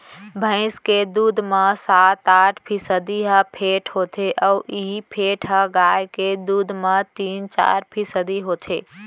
भईंस के दूद म सात आठ फीसदी ह फेट होथे अउ इहीं फेट ह गाय के दूद म तीन चार फीसदी होथे